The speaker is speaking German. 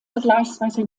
vergleichsweise